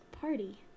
Party